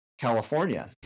california